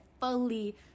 fully